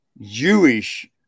Jewish